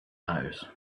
house